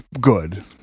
good